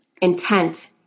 intent